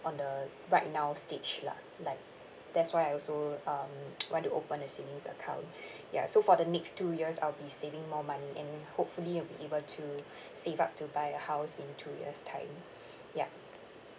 on the right now stage lah like that's why I also um want to open a savings account ya so for the next two years I'll be saving more money and hopefully will be able to save up to a buy house in two years time yeah